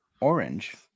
orange